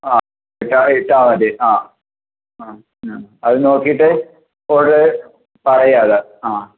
ആ വിളിച്ചാൽ മതി ആ ആ അത് നോക്കീട്ട് ഓർഡർ പറയാം അത് ആ